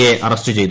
A arrest ചെയ്തു